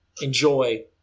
enjoy